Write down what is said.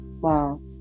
wow